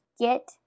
Get